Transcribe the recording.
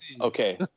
Okay